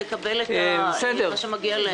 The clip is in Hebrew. מגיע לעובדים ולמורים לקבל את מה שמגיע להם.